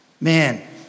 Man